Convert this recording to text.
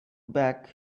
back